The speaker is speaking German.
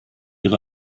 ihre